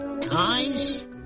ties